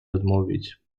odmówić